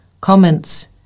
comments